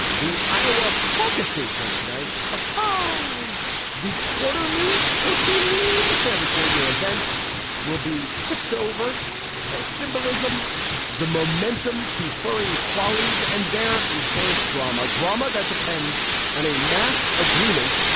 the iowa caucuses are tonight ah caco the quarterly quarterly, let's say, every four year event will be picked over for symbolism the momentum, conferring qualities and their inherent drama drama that depends on a mass agreement,